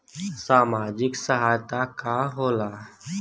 सामाजिक सहायता का होला?